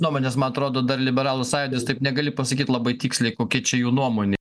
nuomonės man atrodo dar liberalų sąjūdis taip negali pasakyti labai tiksliai kokia čia jų nuomonė